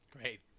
great